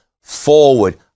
forward